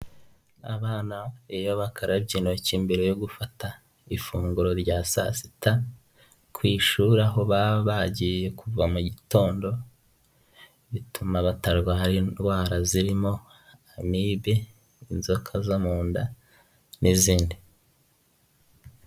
Abana iyo bakarabye intoki mbere yo gufata ifunguro rya saa sita, ku ishuri aho baba bagiye kuva mu gitondo, bituma batarwara indwara zirimo, amibe, inzoka zo mu nda, n'izindi.